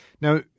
Now